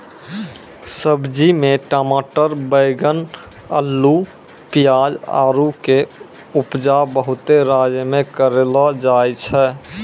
सब्जी मे टमाटर बैगन अल्लू पियाज आरु के उपजा बहुते राज्य मे करलो जाय छै